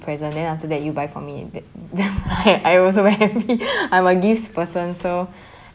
present then after that you buy for me th~ then I also very happy I'm a gifts person so